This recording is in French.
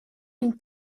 une